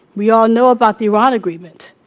we all know about the iran agreement.